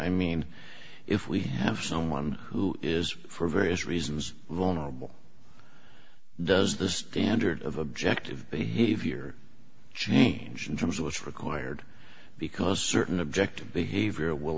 i mean if we have someone who is for various reasons vulnerable does the standard of objective behavior change in terms of what's required because certain objective